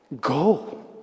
go